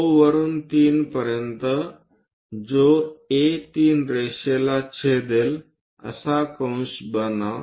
O वरून 3 पर्यंत जो A3 रेषेला छेदेल असा कंस बनवा